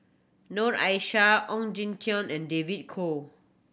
Noor Aishah Ong Jin Teong and David Kwo